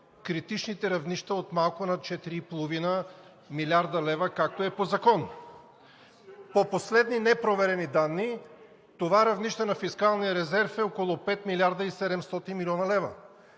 критичните равнища от малко над 4,5 млрд. лв., както е по закон. По последни непроверени данни това равнище на фискалния резерв е около 5 млрд.